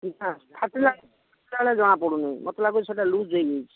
ନା ଫାଟିଲା ଫାଟିଲା ଭଳି ସେଇଟା ଜଣାପଡ଼ୁନି ମୋତେ ଲାଗୁଛି ସେଇଟା ଲୁଜ୍ ହେଇଯାଇଛି